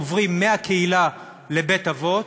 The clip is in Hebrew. עוברים מהקהילה לבית-אבות,